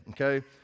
Okay